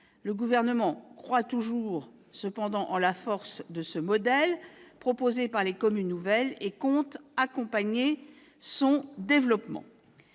Le Gouvernement croit cependant toujours en la force du modèle proposé par les communes nouvelles et compte accompagner son développement.